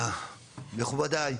מכובדיי,